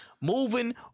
moving